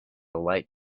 light